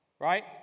right